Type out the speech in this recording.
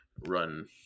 run